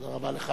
תודה רבה לך.